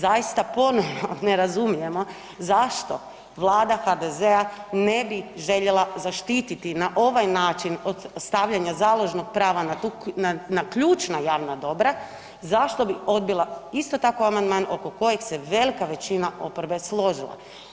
Zaista ponovno ne razumijemo zašto Vlada HDZ-a ne bi željela zaštititi na ovaj način od stavljana založnog prava na ključna javna dobra, zašto bi odbila isto tako amandman oko kojeg se velika većina oporbe složila.